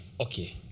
Okay